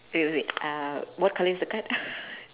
wait wait uh what colour is the card